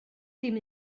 dim